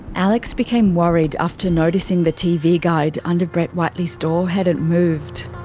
alex became worried after noticing the tv guide under brett whiteley's door hadn't moved.